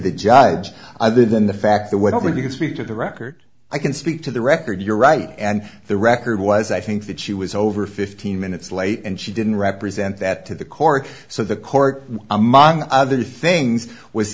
the judge other than the fact the why don't you can speak to the record i can speak to the record you're right and the record was i think that she was over fifteen minutes late and she didn't represent that to the court so the court among other things was